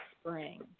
spring